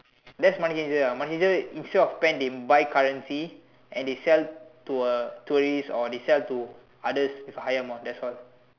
that's money changer ah money changer instead of pen they buy currency and they sell to a tourist or they sell to others with higher amount that's all